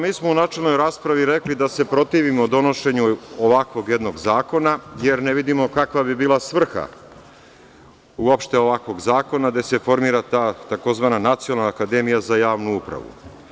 Mi smo u načelnoj raspravi rekli da se protivimo donošenju ovakvog jednog zakona, jer ne vidimo kakva bi bila svrha uopšte ovakvog zakona, gde se formira ta tzv. nacionalna akademija za javnu upravu.